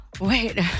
wait